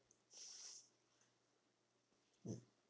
mm